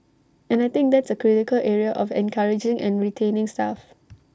and I think that's A critical area of encouraging and retaining staff